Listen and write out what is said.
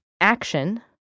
action